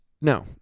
no